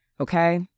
okay